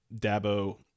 Dabo